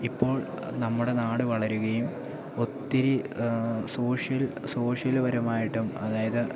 ഇപ്പോൾ നമ്മുടെ നാട് വളരുകയും ഒത്തിരി സോഷ്യൽ സോഷ്യല്പരമായിട്ടും അതായത്